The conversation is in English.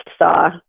saw